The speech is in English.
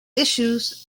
issues